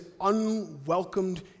unwelcomed